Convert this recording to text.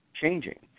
changing